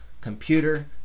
computer